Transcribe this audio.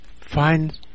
find